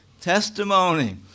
testimony